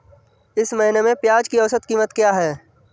इस महीने में प्याज की औसत कीमत क्या है?